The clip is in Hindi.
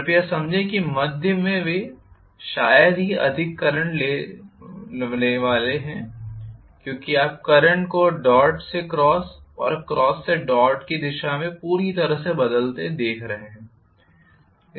कृपया समझें कि मध्य में वे शायद ही अधिक करंट लेने वाले हैं क्योंकि आप करंट को डॉट से क्रॉस और क्रॉस से डॉट की दिशा में पूरी तरह से बदलते देख रहे हैं